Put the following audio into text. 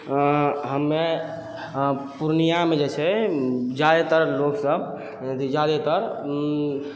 हमे पूर्णियामे जे छै जादातर लोग सब अथी जादेतर